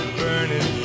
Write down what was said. burning